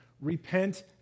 repent